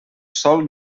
sol